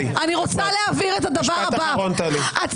משפט אחרון, טלי.